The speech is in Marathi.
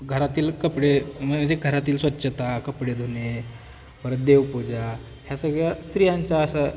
घरातील कपडे म्हणजे घरातील स्वच्छता कपडे धुणे परत देवपूजा ह्या सगळ्या स्त्रियांच्या असं